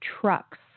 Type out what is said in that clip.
trucks